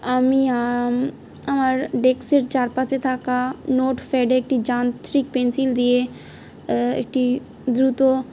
আমি আমার ডেক্সের চারপাশে থাকা নোট প্যাডে একটি যান্ত্রিক পেন্সিল দিয়ে একটি দ্রুত